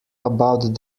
about